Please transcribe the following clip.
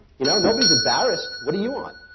you know, nobody's embarrassed. what are you on?